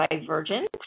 Divergent